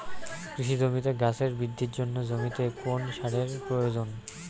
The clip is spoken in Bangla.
কৃষি জমিতে গাছের বৃদ্ধির জন্য জমিতে কোন সারের প্রয়োজন?